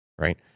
right